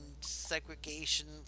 segregation